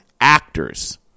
actors